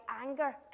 anger